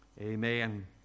Amen